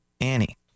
Annie